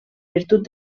virtut